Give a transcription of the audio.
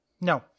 no